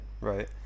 right